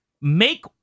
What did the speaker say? Make